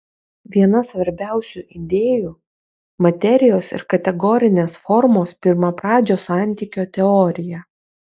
viena svarbiausių idėjų materijos ir kategorinės formos pirmapradžio santykio teorija